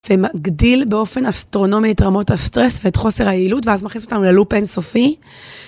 זה מגדיל באופן אסטרונומי את רמות הסטרס ואת חוסר היעילות ואז מכניס אותנו ללופ אינסופי.